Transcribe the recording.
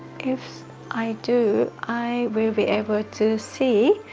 if i do, i will be able to see